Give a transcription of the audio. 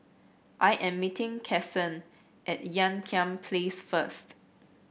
I am meeting Kason at Ean Kiam Place first